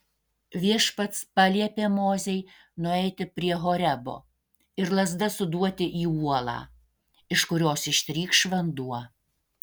viešpats paliepė mozei nueiti prie horebo ir lazda suduoti į uolą iš kurios ištrykš vanduo